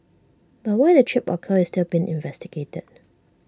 but why the trip occurred is still being investigated